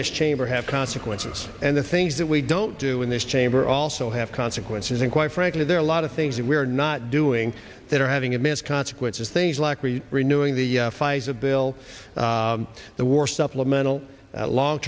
this chamber have consequences and the things that we don't do in this chamber also have consequences and quite frankly there are a lot of things that we are not doing that are having a miss consequence of things like we renewing the fight as a bill the war supplemental long